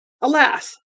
Alas